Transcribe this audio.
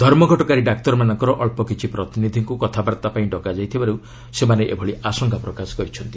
ଧର୍ମଘଟକାରୀ ଡାକ୍ତରମାନଙ୍କର ଅଳ୍ପ କିଛି ପ୍ରତିନିଧିଙ୍କୁ କଥାବାର୍ତ୍ତା ପାଇଁ ଡକାଯାଇଥିବାର୍ତ ସେମାନେ ଏଭଳି ଆଶଙ୍କା ପ୍ରକାଶ କରିଛନ୍ତି